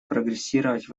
прогрессировать